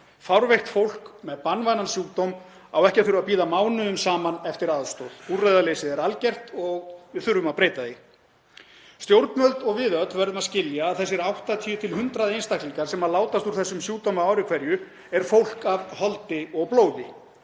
Fárveikt fólk með banvænan sjúkdóm á ekki að þurfa að bíða mánuðum saman eftir aðstoð. Úrræðaleysið er algjört og við þurfum að breyta því. Stjórnvöld og við öll verðum að skilja að þessir 80–100 einstaklingar sem látast úr þessum sjúkdómi á ári hverju eru fólk af holdi og blóði,